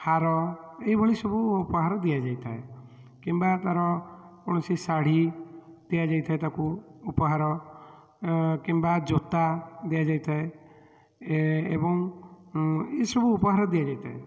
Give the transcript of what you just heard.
ହାର ଏଇଭଳି ସବୁ ଉପହାର ଦିଆଯାଇଥାଏ କିମ୍ବା ତା'ର କୌଣସି ଶାଢ଼ୀ ଦିଆ ଯାଇଥାଏ ତାକୁ ଉପହାର କିମ୍ବା ଜୋତା ଦିଆଯାଇଥାଏ ଏବଂ ଏସବୁ ଉପହାର ଦିଆଯାଇଥାଏ